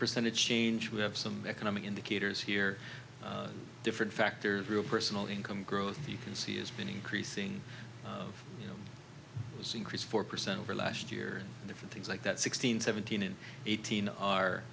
percentage change we have some economic indicators here different factors real personal income growth you can see has been increasing increase four percent over last year different things like that sixteen seventeen and eighteen are